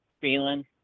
feeling